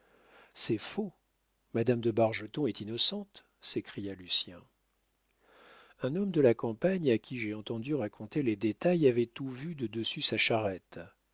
c'est faux madame de bargeton est innocente s'écria lucien un homme de la campagne à qui j'ai entendu raconter les détails avait tout vu de dessus sa charrette